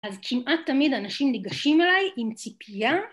אז כמעט תמיד אנשים ניגשים עליי עם ציפייה